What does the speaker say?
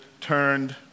turned